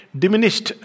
diminished